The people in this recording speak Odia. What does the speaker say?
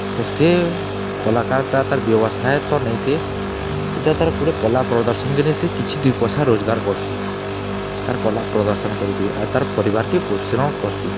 ତ ସେ କଲାକାର୍ଟା ତାର୍ ବ୍ୟବସାୟ ତ ନେଇସେ ଏଟା ତାର୍ ପୁରେ କଲା ପ୍ରଦର୍ଶନ୍କେ ନେଇ ସେ କିଛି ଦୁଇ ପଏସା ରୋଜ୍ଗାର୍ କର୍ସି ତାର୍ କଲା ପ୍ରଦର୍ଶନ୍ କରିକରି ଆର୍ ତାର୍ ପରିବାର୍କେ ପୋଷଣ୍ କର୍ସି